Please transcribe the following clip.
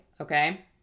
okay